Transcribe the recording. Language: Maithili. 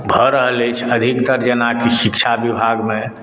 भऽ रहल अछि अधिकतर जेनाकि शिक्षा विभागमे